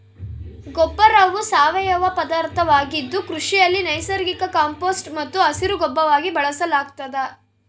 ಗೊಬ್ಬರವು ಸಾವಯವ ಪದಾರ್ಥವಾಗಿದ್ದು ಕೃಷಿಯಲ್ಲಿ ನೈಸರ್ಗಿಕ ಕಾಂಪೋಸ್ಟ್ ಮತ್ತು ಹಸಿರುಗೊಬ್ಬರವಾಗಿ ಬಳಸಲಾಗ್ತದ